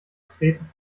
treten